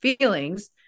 feelings